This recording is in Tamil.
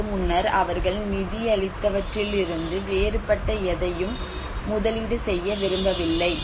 அதற்கு முன்னர் அவர்கள் நிதியளித்தவற்றிலிருந்து வேறுபட்ட எதையும் முதலீடு செய்ய விரும்பவில்லை